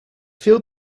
veel